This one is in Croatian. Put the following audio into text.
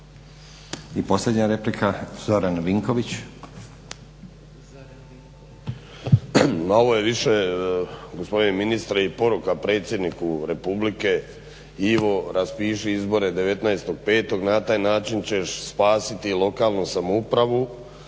**Vinković, Zoran (HDSSB)** Ma ovo je više gospodine ministre i poruka predsjedniku republike, Ivo raspiši izbore 19.5. Na taj način ćeš spasiti lokalnu samoupravu,